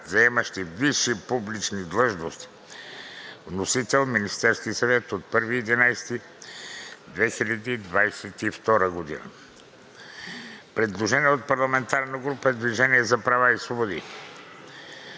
заемащи висши публични длъжности. Вносител е Министерският съвет на 1 ноември 2022 г.“ Предложение от парламентарната група на „Движение за права и свободи“: